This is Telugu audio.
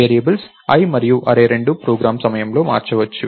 వేరియబుల్స్ i మరియు array రెండూ ప్రోగ్రామ్ సమయంలో మారవచ్చు